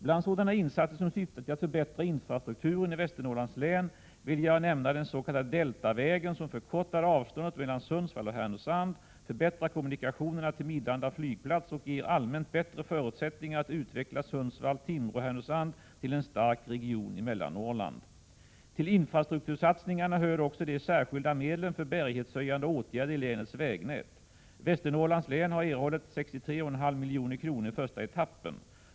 Bland sådana insatser som syftar till att förbättra infrastrukturen i Västernorrlands län vill jag nämna den s.k. Deltavägen, som förkortar avståndet mellan Sundsvall och Härnösand, förbättrar kommunikationerna till Midlanda flygplats och ger allmänt bättre förutsättningar att utveckla Sundsvall Härnösand till en stark region i Mellannorrland. Till infrastrukturinsatserna hör också de särskilda medlen för bärighetshöjande åtgärder i länets vägnät. Västernorrlands län har erhållit 63,5 milj.kr. i första etappen.